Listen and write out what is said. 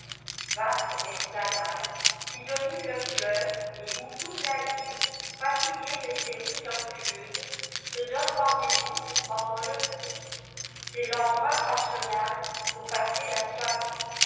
vaste esplanade qui domine le fleuve et où toute la ville fatiguée de ses rues tortueuses se donne rendez-vous pour prendre le frais c'est l'endroit fashionable pour passer la soirée